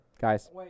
guys